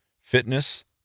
fitness